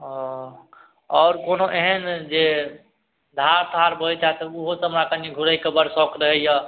ओ आओर कोनो एहन जे धार तार बहैत हैत तऽ ओहो तऽ हमरा कनि घुरयके बड़ शौक रहइए